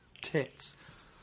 tits